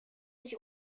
sich